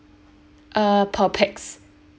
uh per pax